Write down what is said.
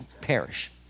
perish